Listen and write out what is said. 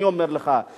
אני אומר לך,